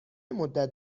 مدت